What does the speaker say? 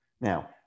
Now